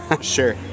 Sure